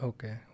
Okay